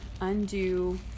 undo